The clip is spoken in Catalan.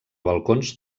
balcons